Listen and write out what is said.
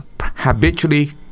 Habitually